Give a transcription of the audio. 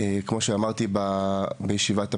כמו שאמרתי בישיבת הפתיחה,